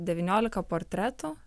devyniolika portretų